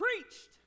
preached